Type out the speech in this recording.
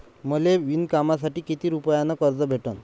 मले विणकामासाठी किती रुपयानं कर्ज भेटन?